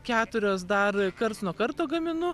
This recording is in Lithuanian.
keturios dar karts nuo karto gaminu